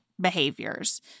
behaviors